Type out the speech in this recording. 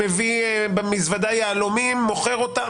מביא במזוודה יהלומים ומוכר אותם.